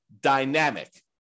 dynamic